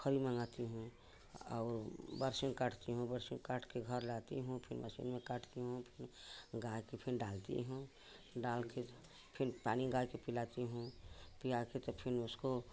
खल मंगाती हूँ और काटती हूँ बरसुईं काट कर घर लाती हूँ फिर मसीन में काटती हूँ फिर गार को फिर डालती हूँ डाल कर फिर पानी गाय को पिलाती हूँ फिर आकर तो फिर उसको